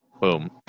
boom